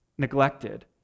Neglected